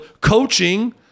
coaching –